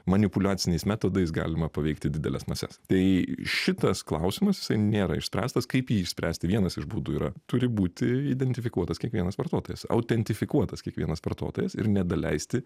manipuliaciniais metodais galima paveikti dideles mases tai šitas klausimas jisai nėra išspręstas kaip jį išspręst vienas iš būdų yra turi būti identifikuotas kiekvienas vartotojas autentifikuotas kiekvienas vartotojas ir nedaleisti